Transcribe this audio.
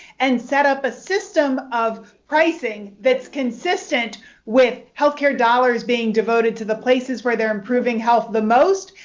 and set up a system of pricing that's consistent with health care dollars being devoted to the places where they're improving health the most,